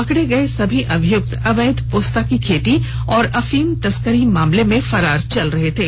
पकड़े गये सभी अभियुक्त अवैध पोस्ता की खेती और अफीम तस्करी मामले में फरार चल रहे थे